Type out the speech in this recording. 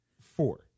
Four